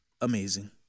amazing